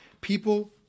people